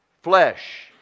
flesh